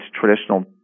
traditional